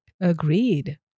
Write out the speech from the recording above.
Agreed